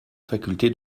faculté